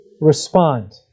respond